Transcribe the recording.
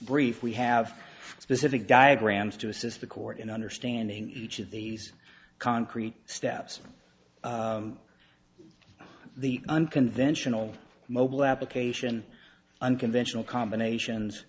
brief we have specific diagrams to assist the court in understanding each of these concrete steps or the unconventional mobile application unconventional combinations